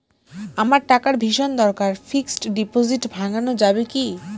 আমার টাকার ভীষণ দরকার ফিক্সট ডিপোজিট ভাঙ্গানো যাবে কি?